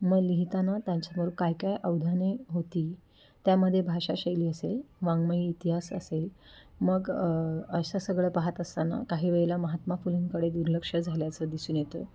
मग लिहिताना त्यांच्यामोर काय काय अवधाने होती त्यामध्ये भाषाशैली असेल वाङ्मयइतिहास असेल मग असं सगळं पाहत असताना काही वेळेला महात्मा फुलेंकडे दुर्लक्ष झाल्याचं दिसून येतं